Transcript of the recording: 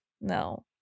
No